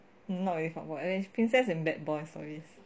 not really part boy princess and bad boy stories